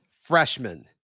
Freshman